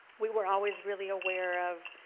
we were always really aware of,